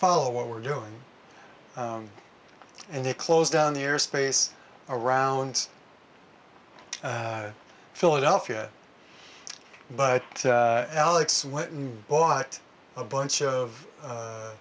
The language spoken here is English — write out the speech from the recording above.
follow what we're doing and they closed down the airspace around philadelphia but alex went and bought a bunch of